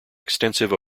extensive